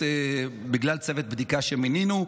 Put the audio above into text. בגלל צוות בדיקה שמינינו,